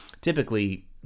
typically